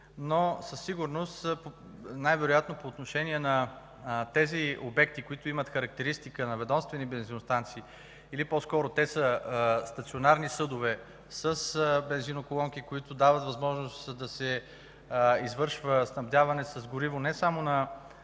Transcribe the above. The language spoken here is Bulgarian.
но със сигурност и най-вероятно по отношение на тези обекти, които имат характеристики на ведомствени бензиностанции или по-скоро те са стационарни съдове с бензиноколонки, които дават възможност да се извършва снабдяване с гориво не само на